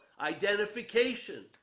Identification